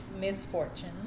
misfortune